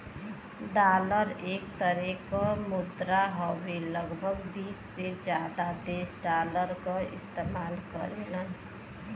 dollar एक तरे क मुद्रा हउवे लगभग बीस से जादा देश डॉलर क इस्तेमाल करेलन